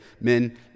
men